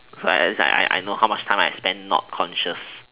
so at least I know how much time I spent not conscious